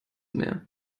mehr